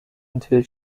until